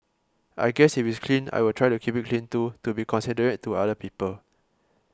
I guess if it's clean I will try to keep it clean too to be considerate to other people